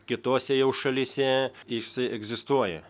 kitose jau šalyse jisai egzistuoja